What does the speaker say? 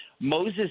Moses